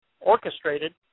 orchestrated